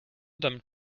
damit